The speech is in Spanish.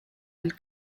del